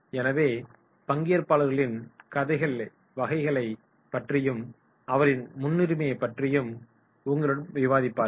எனவே பங்கேற்பாளர்களின் வகைகள் பற்றியும் அவர்களின் முன்னுரிமையைப் பற்றியும் உங்களுடன் விவாதிப்பார்கள்